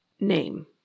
Name